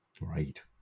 Right